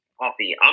coffee